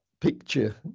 picture